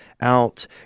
out